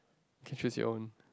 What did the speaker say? you can choose your own